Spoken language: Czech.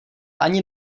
ani